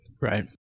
Right